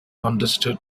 understood